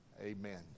amen